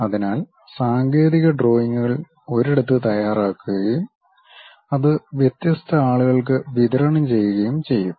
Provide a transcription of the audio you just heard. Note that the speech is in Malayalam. അതിനാൽ സാങ്കേതിക ഡ്രോയിംഗുകൾ ഒരിടത്ത് തയ്യാറാക്കുകയും അത് വ്യത്യസ്ത ആളുകൾക്ക് വിതരണം ചെയ്യുകയും ചെയ്യും